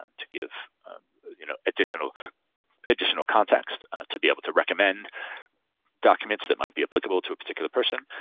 um to give you know additional additional context to be able to recommend documents that might be applicable to a particular person.